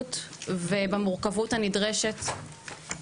ברגישות ובמורכבות הנדרשת,